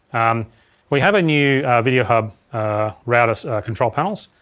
um we have a new videohub routers control panels.